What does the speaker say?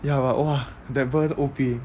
ya but !wah! that burn O_P